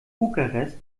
bukarest